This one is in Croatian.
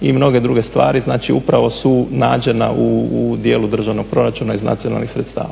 i mnoge druge stvari, znači upravo su nađena u dijelu državnog proračuna iz nacionalnih sredstava.